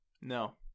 no